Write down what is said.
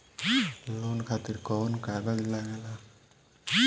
Loan खातिर कौन कागज लागेला?